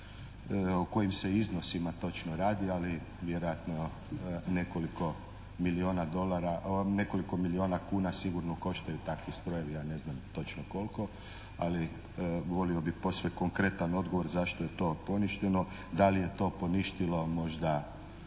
o kojim se iznosima točno radi, ali vjerojatno nekoliko milijuna dolara, nekoliko milijuna kuna sigurno koštaju takvi strojevi, ja ne znam točno koliko. Ali volio posve konkretan odgovor zašto je to poništeno, da li je to poništilo možda